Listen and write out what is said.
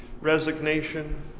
resignation